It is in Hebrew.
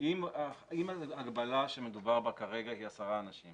אם ההגבלה שמדובר בה כרגע היא עשרה אנשים